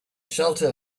shelter